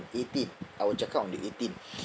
eighteen I will check out on the eighteen